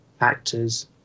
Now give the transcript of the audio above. actors